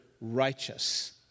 righteous